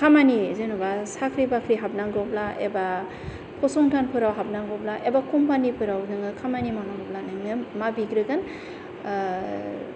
खामानि जेनेबा साख्रि बाख्रि हाबनांगौब्ला एबा फसंथानफोराव हाबनांगौब्ला एबा कम्पानिफोराव नोङो खामानि मावनांगौब्ला मा बिग्रोगोन